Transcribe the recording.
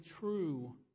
true